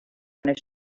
his